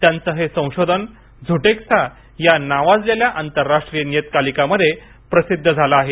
त्यांचं हे संशोधन झुटेक्सा या नावाजलेल्या आंतरराष्ट्रीय नियतकालिकामध्ये प्रसिद्ध झालं आहे